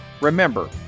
Remember